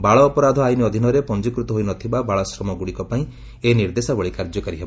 ବାଳ ଅପରାଧ ଆଇନ ଅଧୀନରେ ପଞ୍ଜିକୃତ ହୋଇ ନ ଥିବା ବାଳାଶ୍ରମଗୁଡ଼ିକ ପାଇଁ ଏହି ନିର୍ଦ୍ଦେଶାବଳୀ କାର୍ଯ୍ୟକାରୀ ହେବ